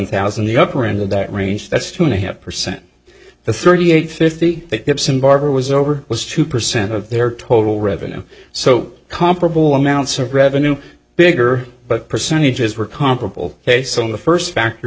thousand the upper end of that range that's two and a half percent the thirty eight fifty ipsum barber was over was two percent of their total revenue so comparable amounts of revenue bigger but percentages were comparable ok so in the first factor